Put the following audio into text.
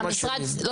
אז המשרד שם.